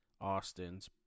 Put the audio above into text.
Austin's